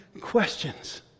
questions